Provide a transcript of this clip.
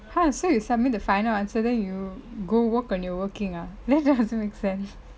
!huh! so you submit the final answer then you go work on your working ah that doesn't make sense